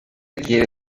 quiere